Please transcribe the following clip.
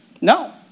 No